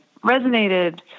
resonated